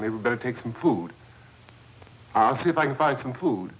maybe better take some food and see if i can find some food